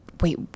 wait